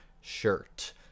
shirt